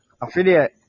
Affiliate